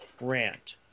rant